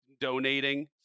donating